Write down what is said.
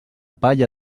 palla